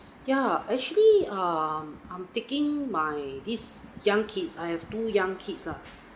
ya actually ah I'm taking my these young kids I have two young kids ah